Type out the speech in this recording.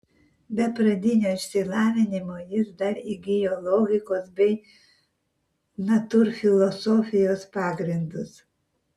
be pradinio išsilavinimo jis dar įgijo logikos bei natūrfilosofijos pagrindus